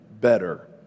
better